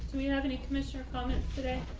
so you have any commissioner comments today?